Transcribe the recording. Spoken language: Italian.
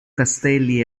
castelli